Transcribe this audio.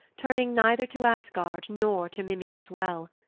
turning neither to asgard nor to mimir's well.